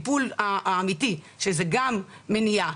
לטיפול האמיתי שזה גם מניעה,